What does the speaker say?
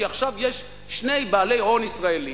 עכשיו יש שני בעלי הון ישראלים,